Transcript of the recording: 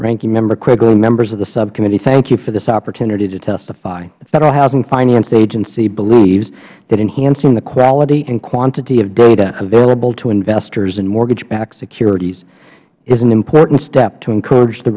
ranking member quigley members of the subcommittee thank you for this opportunity to testify the federal housing finance agency believes that enhancing the quality and quantity of data available to investors in mortgage backed securities is an important step to encourage the